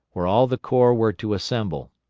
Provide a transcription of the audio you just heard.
where all the corps were to assemble.